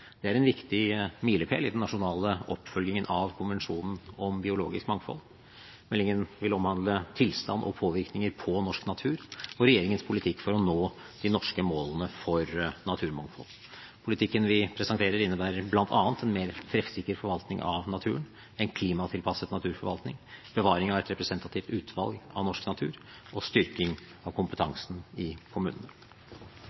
Det er en viktig milepæl i den nasjonale oppfølgingen av Konvensjonen om biologisk mangfold. Meldingen vil omhandle tilstand og påvirkninger på norsk natur og regjeringens politikk for å nå de norske målene for naturmangfold. Politikken vi presenterer, innebærer bl.a. en mer treffsikker forvaltning av naturen, en klimatilpasset naturforvaltning, bevaring av et representativt utvalg av norsk natur og styrking av kompetansen i kommunene.